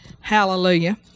Hallelujah